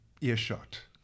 earshot